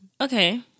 Okay